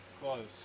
Close